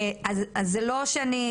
אז זה לא שאני,